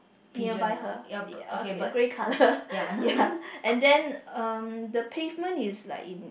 nearby her ya okay grey colour ya and then the pavement is like in